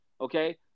Okay